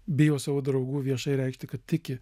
bijo savo draugų viešai reikšti kad tiki